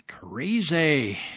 Crazy